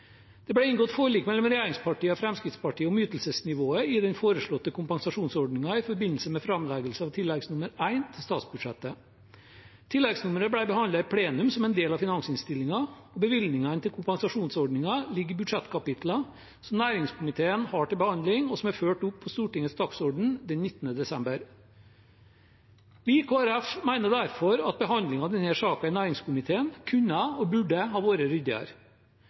Det ble inngått forlik mellom regjeringspartiene og Fremskrittspartiet om ytelsesnivået i den foreslåtte kompensasjonsordningen i forbindelse med framleggelsen av tilleggsnummer 1 i statsbudsjettet. Tilleggsnummeret ble behandlet i plenum som en del av finansinnstillingen, og bevilgningene til kompensasjonsordningen ligger i budsjettkapitlene som næringskomiteen har til behandling, og som er ført opp på Stortingets dagsorden den 19. desember. Vi i Kristelig Folkeparti mener derfor at behandlingen av denne saken i næringskomiteen kunne og burde ha vært ryddigere.